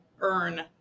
earn